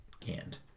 canned